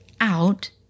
out